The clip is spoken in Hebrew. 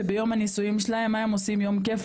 שביום הנישואים מה הם עושים ליום כייף,